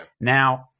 Now